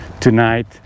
tonight